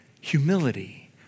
humility